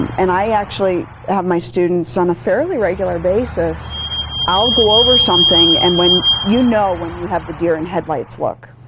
and i actually have my students on a fairly regular basis i'll go over something and you know when you have the deer in headlights look.